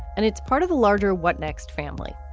and it's part of a larger what next, family?